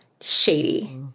Shady